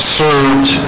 served